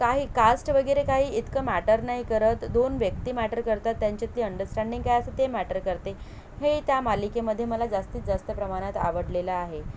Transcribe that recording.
काही कास्ट वगैरे काही इतकं मॅटर नाही करत दोन व्यक्ती मॅटर करतात त्यांच्यातली अंडरस्टँडिंग काय असते ते मॅटर करते हे त्या मालिकेमध्ये मला जास्तीत जास्त प्रमाणात आवडलेलं आहे